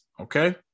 okay